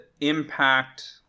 impact